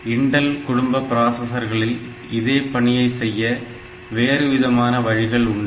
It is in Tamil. இன்டல் குடும்ப பிராசஸர்களில் இதே பணியை செய்ய வேறுவிதமான வழிகள் உண்டு